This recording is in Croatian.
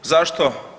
Zašto?